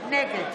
נגד